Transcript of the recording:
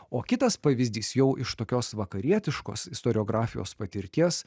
o kitas pavyzdys jau iš tokios vakarietiškos istoriografijos patirties